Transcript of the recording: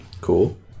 Cool